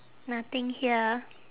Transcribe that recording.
nothing here